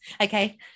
okay